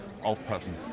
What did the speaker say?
Aufpassen